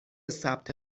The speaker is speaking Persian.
ثبت